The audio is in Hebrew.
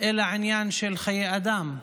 אלא עניין של חיי אדם.